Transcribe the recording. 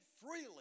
freely